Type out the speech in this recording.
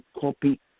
copy